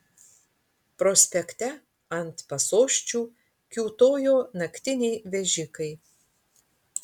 prospekte ant pasosčių kiūtojo naktiniai vežikai